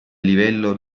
livello